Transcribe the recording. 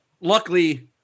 luckily